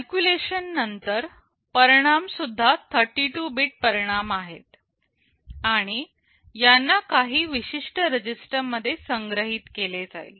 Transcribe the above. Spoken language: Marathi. कॅल्क्युलेशन नंतर परिणाम सुद्धा 32 बीट परिणाम आहेत आणि यांना काही विशेष रजिस्टर मध्ये संग्रहीत केले जाईल